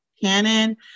Canon